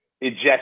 eject